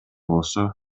болсо